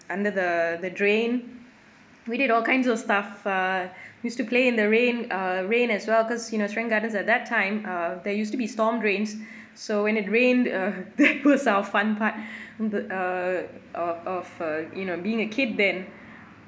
under the the drain we did all kinds of stuff uh used to play in the rain uh rain as well cause you know serangoon gardens at that time uh they used to be storm drains so when it rain uh there goes our fun part th~ err of of uh you know being a kid then